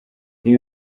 ibi